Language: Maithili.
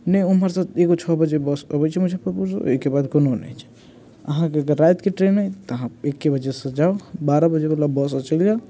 नहि ओम्हरसँ एगो छओ बजे बस अबैत छै मुजफ्फरपुरसँ ओहिके बाद कोनो नहि छै अहाँके अगर रातिकेँ ट्रेन अइ तऽ अहाँ एक्के बजेसँ जाउ बारह बजेवला बससँ चलि जाउ